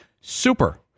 Super